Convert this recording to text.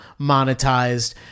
monetized